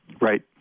Right